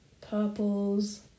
purples